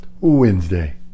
Wednesday